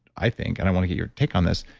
i think, and i want to get your take on this,